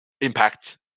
impact